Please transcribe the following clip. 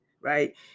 right